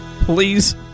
please